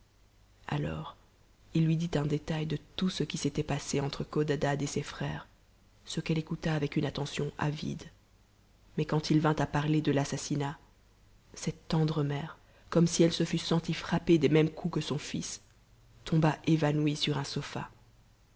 alors il lui fit un détail de tout ce qui s'était passé entre codadad et ses frères ce qu'elle écouta avec une attention avide mais quand il vint à parler de l'assassinat cette tendre mère comme si elle se fût senti frapper des mêmes coups que son fils tomba évanouie sur un sofa